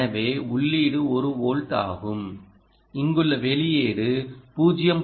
எனவே உள்ளீடு 1 வோல்ட் ஆகும் இங்குள்ள வெளியீடு 0